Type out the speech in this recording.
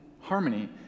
harmony